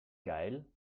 geil